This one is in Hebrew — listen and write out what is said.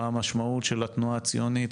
מה המשמעות של התנועה הציונית,